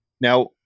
now